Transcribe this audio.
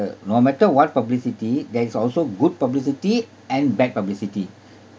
uh no matter what publicity there is also good publicity and bad publicity